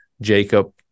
Jacob